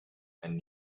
and